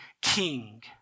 king